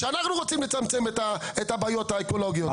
שאנחנו רוצים לצמצם את הבעיות האקולוגיות.